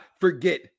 forget